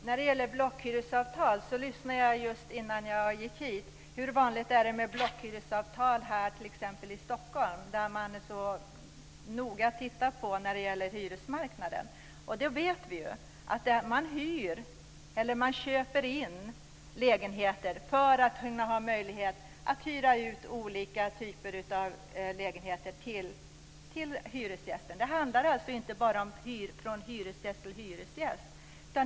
Herr talman! Innan jag gick hit lyssnade jag på hur vanligt det är med blockhyresavtal t.ex. här i Stockholm, där man så noga tittar på hyresmarknaden. Vi vet ju att man hyr eller köper in lägenheter för att ha möjlighet att hyra ut olika typer av lägenheter till hyresgäster. Det handlar alltså inte bara om att det är från hyresgäst till hyresgäst.